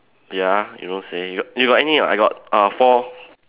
ya you don't say you you got any or not I got uh four